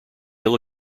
ill